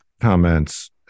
comments